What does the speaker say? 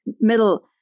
middle